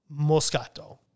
Moscato